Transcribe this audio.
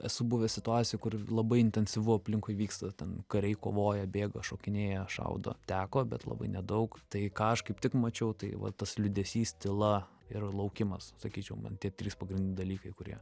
esu buvę situacijų kur labai intensyvu aplinkui vyksta ten kariai kovoja bėga šokinėja šaudo teko bet labai nedaug tai ką aš kaip tik mačiau tai vat tas liūdesys tyla ir laukimas sakyčiau man tie trys pagrinde dalykai kurie